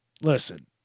listen